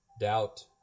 Doubt